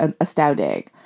astounding